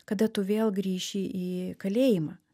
kada tu vėl grįši į kalėjimą